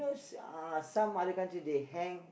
is uh some other country they hang